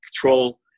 control